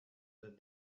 that